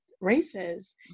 races